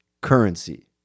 currency